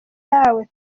ntawe